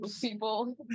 people